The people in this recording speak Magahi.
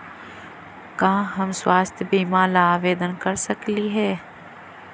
का हम स्वास्थ्य बीमा ला आवेदन कर सकली हे?